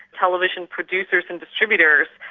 television producers and distributors,